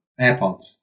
AirPods